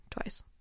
twice